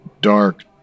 dark